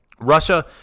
Russia